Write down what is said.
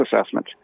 assessment